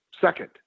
Second